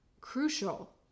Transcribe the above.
crucial